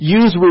use